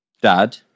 dad